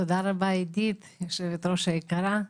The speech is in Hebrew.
תודה רבה, עידית, היושבת-ראש היקרה.